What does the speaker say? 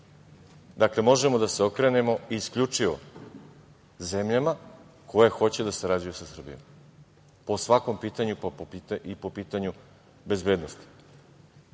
možemo da se okrenemo isključivo zemljama koje hoće da sarađuju sa Srbijom, po svakom pitanju i po pitanju bezbednosti,